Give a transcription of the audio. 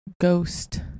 ghost